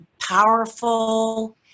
powerful